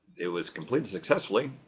it was completed successfully.